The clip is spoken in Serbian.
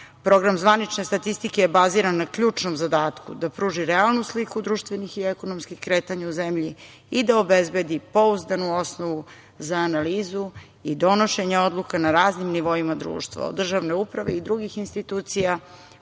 Program zvanične statistike je baziran na ključnom zadatku - da pruži realnu sliku društvenih i ekonomskih kretanja u zemlji i da obezbedi pouzdanu osnovu za analizu i donošenje odluka na raznim nivoima društva, od državne uprave i drugih institucija,